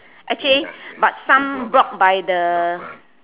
actually but some blocked by the